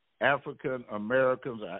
African-Americans